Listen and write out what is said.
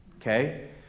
okay